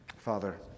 Father